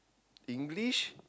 English